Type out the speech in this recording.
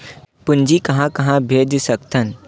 पूंजी कहां कहा भेज सकथन?